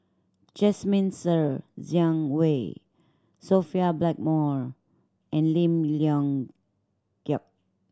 Jasmine Ser Xiang Wei Sophia Blackmore and Lim Leong Geok